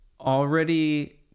already